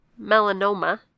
melanoma